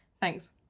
thanks